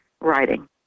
writing